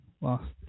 Lost